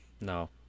No